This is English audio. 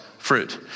Fruit